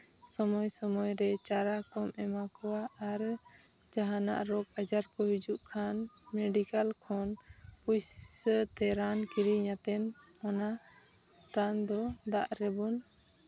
ᱥᱚᱢᱚᱭ ᱥᱚᱢᱚᱭ ᱨᱮ ᱪᱟᱨᱟ ᱠᱚᱢ ᱮᱢᱟ ᱠᱚᱣᱟ ᱟᱨ ᱡᱟᱦᱟᱱᱟᱜ ᱨᱳᱜᱽ ᱟᱡᱟᱨ ᱠᱚ ᱦᱤᱡᱩᱜ ᱠᱷᱟᱱ ᱢᱮᱰᱤᱠᱮᱞ ᱠᱷᱚᱱ ᱯᱩᱭᱥᱟᱹ ᱛᱮ ᱨᱟᱱ ᱠᱤᱨᱤᱧ ᱠᱟᱛᱮ ᱚᱱᱟ ᱨᱟᱱ ᱫᱚ ᱫᱟᱜ ᱨᱮᱵᱚᱱ